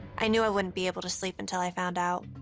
i knew i wouldn't be able to sleep until i found out.